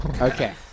Okay